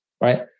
right